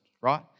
right